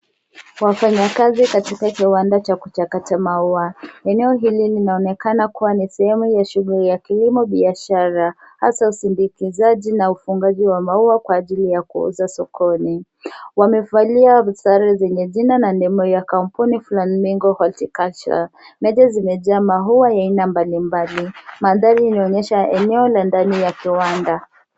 Wafanyikazi katika kiwanda cha kuchakata maua. Eneo hili linaonekana kuwa ni sehemu ya shughuli ya kilimo biashara hasa usindikizaji na ufungaji wa maua kwa ajili ya kuuza sokoni. Wamevalia sare zenye jina na nembo ya kampuni Flamingo Horticulture. Meza zimejaa maua ya aina mbalimbali. Mandhari inaonyesha eneo la ndani ya kiwanda.